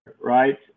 right